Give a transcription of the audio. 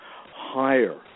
higher